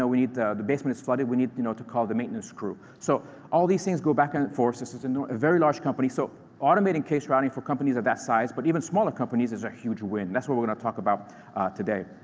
ah the the basement is flooded. we need you know to call the maintenance crew. so all these things go back and forth. this is and a very large company. so automating case-routing for companies of that size but even smaller companies is a huge win. that's what we're going to talk about today.